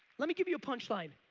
let me give you a punchline.